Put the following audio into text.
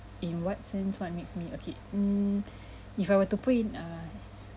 in what sense what makes me okay mm if I were to put in err